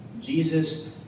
Jesus